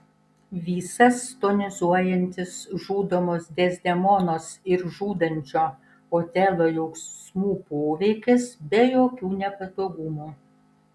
visas tonizuojantis žudomos dezdemonos ir žudančio otelo jausmų poveikis be jokių nepatogumų